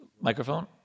Microphone